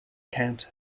count